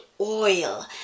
oil